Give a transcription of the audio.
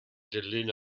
dilyn